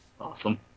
Awesome